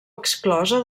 exclosa